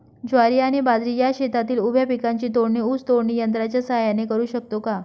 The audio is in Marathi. ज्वारी आणि बाजरी या शेतातील उभ्या पिकांची तोडणी ऊस तोडणी यंत्राच्या सहाय्याने करु शकतो का?